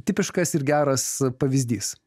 tipiškas ir geras pavyzdys